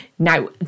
Now